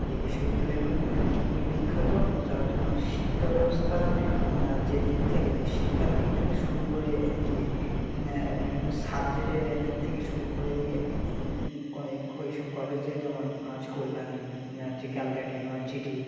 এই বিশ্ববিদ্যালয়গুলি খুবই বিখ্যাত যার জন্যই শিক্ষাব্যবস্থার যে দিক থাকে যে শিক্ষার দিক থেকে শুরু করে নিয়ে বিভিন্ন সাবজেক্টের দিক থেকে শুরু করে নিয়ে ওই সব কলেজে যেমন হচ্ছে কল্যাণী হচ্ছে ক্যালকাটা ইউনিভার্সিটি